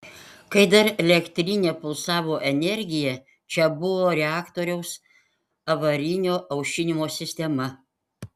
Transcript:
kai dar elektrinė pulsavo energija čia buvo reaktoriaus avarinio aušinimo sistema